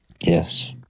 Yes